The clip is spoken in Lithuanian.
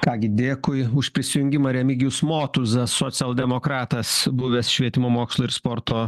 ką gi dėkui už prisijungimą remigijus motuzas socialdemokratas buvęs švietimo mokslo ir sporto